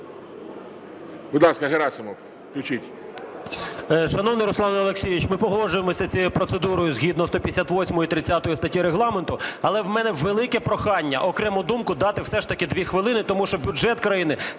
Будь ласка, Герасимов, включіть. 13:06:14 ГЕРАСИМОВ А.В. Шановний Руслан Олексійович, ми погоджуємося з цією процедурою згідно 158 і 30 статей Регламенту. Але у мене велике прохання, окрему думку дати все ж таки 2 хвилини, тому що бюджет країни